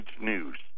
news